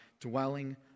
dwelling